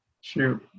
shoot